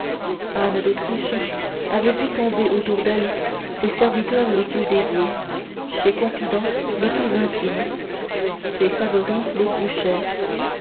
anne d'autriche avait vu tomber autour d'elle ses serviteurs les plus dévoués ses confidents les plus intimes ses favoris les plus chers